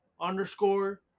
underscore